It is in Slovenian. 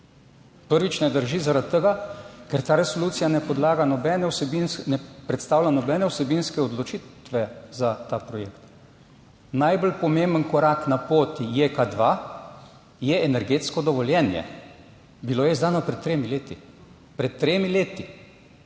Prvič ne drži zaradi tega, ker ta resolucija ne predstavlja nobene vsebinske odločitve za ta projekt. Najbolj pomemben korak na poti Jeka 2 je energetsko dovoljenje. Bilo izdano pred tremi leti,